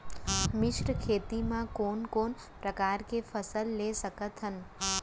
मिश्र खेती मा कोन कोन प्रकार के फसल ले सकत हन?